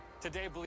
Today